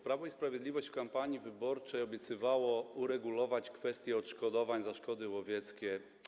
Prawo i Sprawiedliwość w kampanii wyborczej obiecywało rolnikom uregulować kwestię odszkodowań za szkody łowieckie.